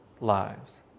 lives